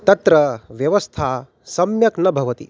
तत्र व्यवस्था सम्यक् न भवति